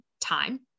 time